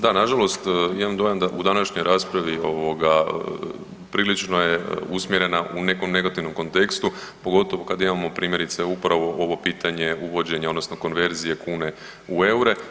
Da, na žalost imam dojam da u današnjoj raspravi prilično je usmjerena u nekom negativnom kontekstu pogotovo kada imamo primjerice upravo ovo pitanje uvođenja odnosno konverzije kune u eure.